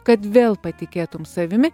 kad vėl patikėtum savimi